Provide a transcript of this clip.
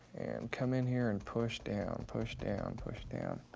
come in here and push down, push down, push down.